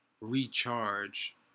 recharge